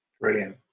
Brilliant